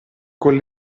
con